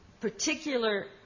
particular